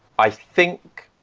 i think,